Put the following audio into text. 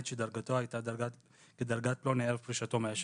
שדרגתו הייתה כדרגת פלוני ערב פרישתו מהשירות,